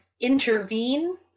intervene